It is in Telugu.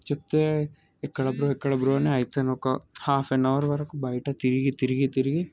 చెప్తే ఎక్కడ బ్రో ఎక్కడ బ్రో అని అయితే నేనొక హాఫ్ ఎన్ అవర్ వరకు బయట తిరిగి తిరిగి తిరిగి